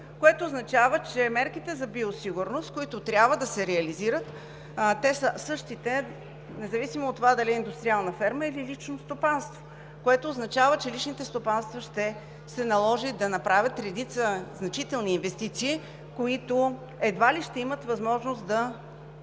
което означава, че мерките за биосигурност, които трябва да се реализират, са същите, независимо от това дали е индустриална ферма, или лично стопанство, което означава, че личните стопанства ще се наложи да направят редица значителни инвестиции, които едва ли ще имат възможност да